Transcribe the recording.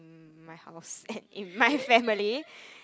my house in my family